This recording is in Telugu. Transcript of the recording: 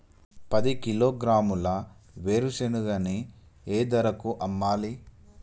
పది కిలోగ్రాముల వేరుశనగని ఏ ధరకు అమ్మాలి?